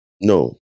No